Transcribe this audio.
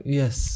yes